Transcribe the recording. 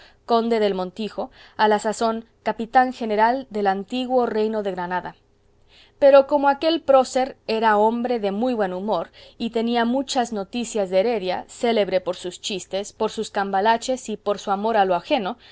conde del montijo a la sazón capitán general del antiguo reino de granada pero como aquel prócer era hombre de muy buen humor y tenía muchas noticias de heredia célebre por sus chistes por sus cambalaches y por su amor a lo ajeno